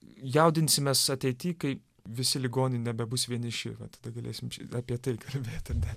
jaudinsimės ateity kai visi ligoniai nebebus vieniši va tada galėsim apie tai kalbėt tada